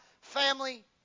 family